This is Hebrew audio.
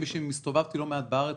כמי שהסתובב לא מעט בארץ,